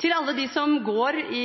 Til alle dem som går i